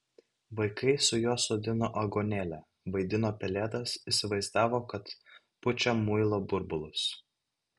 vaikai su juo sodino aguonėlę vaidino pelėdas įsivaizdavo kad pučia muilo burbulus